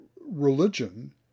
religion